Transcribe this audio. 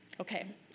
Okay